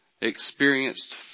experienced